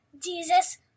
Jesus